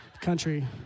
country